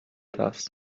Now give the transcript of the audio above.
das